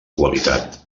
qualitat